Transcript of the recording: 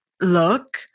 look